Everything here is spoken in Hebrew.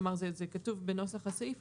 זה כתוב בנוסח הסעיף,